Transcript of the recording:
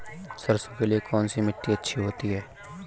सरसो के लिए कौन सी मिट्टी अच्छी होती है?